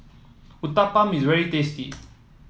uthapam is very tasty